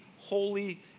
holy